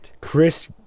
Chris